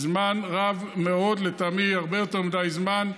זמן רב מאוד, לטעמי הרבה יותר מדי זמן.